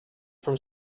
from